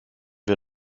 wir